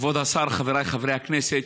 כבוד השר, חבריי חברי הכנסת,